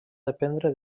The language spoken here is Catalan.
dependre